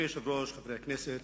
חברי חבר הכנסת